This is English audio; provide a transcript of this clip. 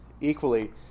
equally